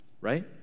right